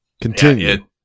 Continue